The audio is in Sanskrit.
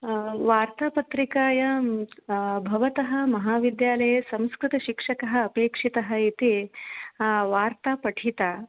वार्तापत्रिकायां भवतः महाविद्यालये संस्कृतशिक्षकः अपेक्षितः इति वार्ता पठिता